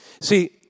See